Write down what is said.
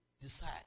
decide